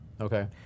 okay